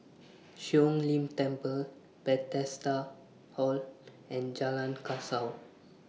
Siong Lim Temple Bethesda Hall and Jalan Kasau